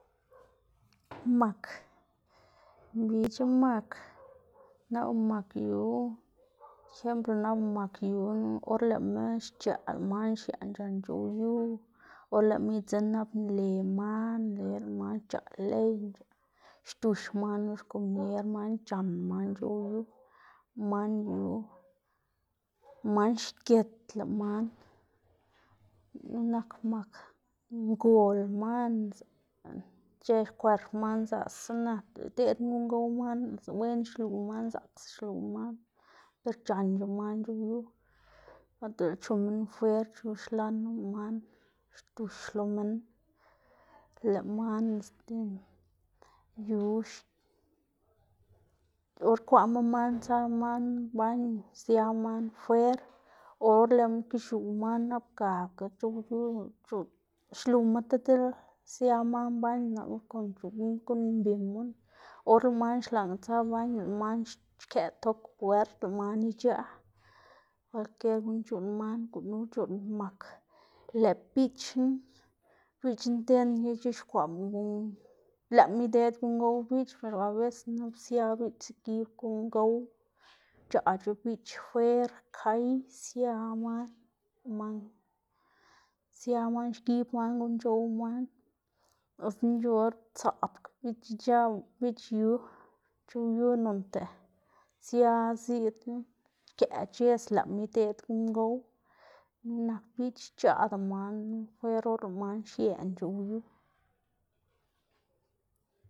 mak mbic̲h̲a mak nap lëꞌ mak yu siempre nap lëꞌ mak yu or lëꞌma xc̲h̲aꞌ lëꞌ man xiaꞌn c̲h̲an c̲h̲ow yu, or lëꞌma idzinn nap nle man nle lëꞌ man xc̲h̲aꞌ ley xc̲h̲aꞌ, xdux man lo xkomier man c̲h̲an man c̲h̲ow yu, man yu man xgit lëꞌ man, nak mak ngol manna ic̲h̲ë xkwerp man zaꞌksa nak, dele ideꞌdma guꞌn gow man wen xluꞌw man zaꞌksa xluꞌw man, ber c̲h̲anc̲h̲a man c̲h̲ow yu, nap dele chu minn fwer chu xlan nu lëꞌ man xdux lo minn. Lëꞌ man este yu or kwaꞌma man tsa man baño sia man fwer, o or lëꞌma kix̱uꞌ man nap gakga c̲h̲ow yu c̲h̲uꞌnn xluwma tib diꞌl sia man baño napna konde guꞌnn mbimu, or lëꞌ man xlaꞌn tsa baño, lëꞌ man xkëꞌ tok puert lëꞌ man ic̲h̲aꞌ, kwalkier guꞌn c̲h̲uꞌnn man, gunu c̲h̲uꞌnn mak, lëꞌ biꞌchna biꞌchna tiene ke ic̲h̲ixkwaꞌma guꞌn, lëꞌma ideꞌd guꞌn gow biꞌch, lëꞌ abecés nap sia biꞌch zegib guꞌn gow xc̲h̲aꞌc̲h̲a biꞌch fwer, kay sia man man sia man xgib man guꞌn c̲h̲ow man ota yu or tsaꞌbga biꞌch ic̲h̲aꞌ biꞌch yu c̲h̲ow yu noꞌnda sia ziꞌdna xkëꞌ c̲h̲edz lëꞌma ideꞌd guꞌn gow. Nak biꞌch xc̲h̲aꞌda man knu fwer or lëꞌ man xiena c̲h̲ow yu.